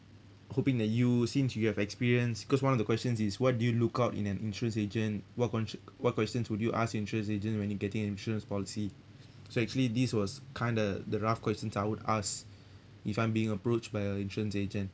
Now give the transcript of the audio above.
hoping that you since you have experience because one of the questions is what do you look out in an insurance agent what cons~ what questions would you ask insurance agent when you getting insurance policy so actually this was kinda the rough questions I would ask if I'm being approached by a insurance agent